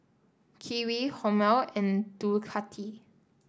Kiwi Hormel and Ducati